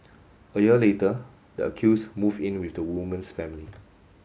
a year later the accused moved in with the woman's family